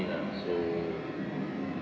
ah so